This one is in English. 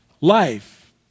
Life